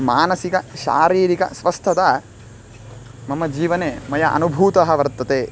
मानसिकशारीरिकस्वस्थता मम जीवने मया अनुभूतः वर्तते